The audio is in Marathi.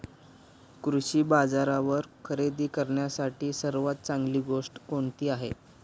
कृषी बाजारावर खरेदी करण्यासाठी सर्वात चांगली गोष्ट कोणती आहे?